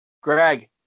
Greg